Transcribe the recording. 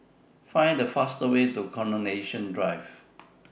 Find The fastest Way to Coronation Drive